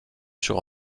sur